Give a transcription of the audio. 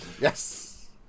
Yes